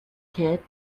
kid